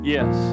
Yes